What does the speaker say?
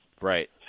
Right